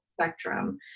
spectrum